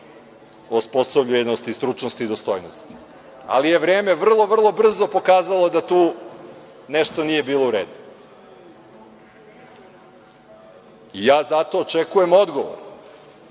o osposobljenosti, stručnosti i dostojnosti, ali je vreme vrlo, vrlo brzo pokazalo da tu nešto nije bilo u redu. Zato očekujem odgovor